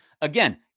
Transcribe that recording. again